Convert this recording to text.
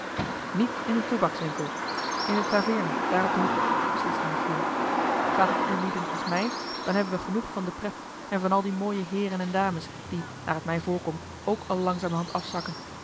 niet in den toebackswinkel in de taveerne daar op den hoek besliste michiel gaat het ulieden als mij dan hebben we genoeg van de pret en van al die mooie heeren en dames die naar t mij voorkomt ook al langzamerhand afzakken